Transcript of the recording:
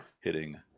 hitting